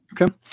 Okay